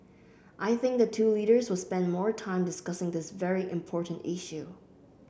I think the two leaders will spend more time discussing this very important issue